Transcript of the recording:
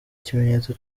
ikimenyetso